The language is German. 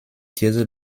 diese